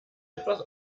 etwas